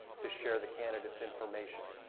to share the candidate's information,